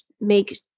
make